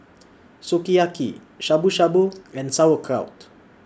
Sukiyaki Shabu Shabu and Sauerkraut